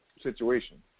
situation